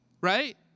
right